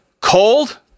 cold